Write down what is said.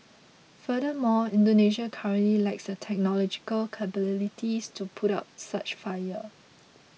furthermore Indonesia currently lacks the technological capabilities to put out such fires